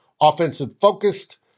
offensive-focused